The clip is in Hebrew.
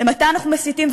מתי אנחנו מסיתים,